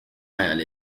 hayal